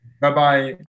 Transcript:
Bye-bye